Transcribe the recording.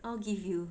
I'll give you